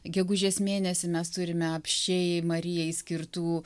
gegužės mėnesį mes turime apsčiai marijai skirtų